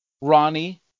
Ronnie